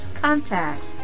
contacts